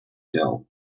hill